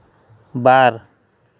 ᱵᱟᱨ